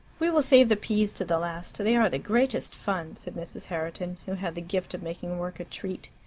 we will save the peas to the last they are the greatest fun, said mrs. herriton, who had the gift of making work a treat.